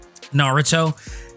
naruto